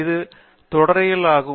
இது தொடரியல் ஆகும்